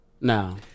Now